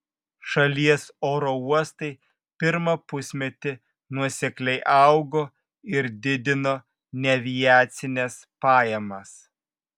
šalies oro uostai pirmą pusmetį nuosekliai augo ir didino neaviacines pajamas